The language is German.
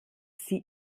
sie